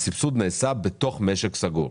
הסבסוד נעשה בתוך משק סגור.